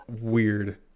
weird